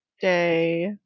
day